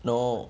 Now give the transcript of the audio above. no